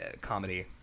comedy